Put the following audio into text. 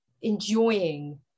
enjoying